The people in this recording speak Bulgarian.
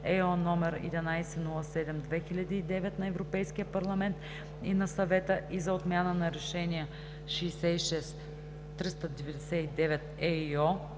(ЕО) № 1107/2009 на Европейския парламент и на Съвета и за отмяна на решения 66/399/ЕИО,